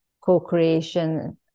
co-creation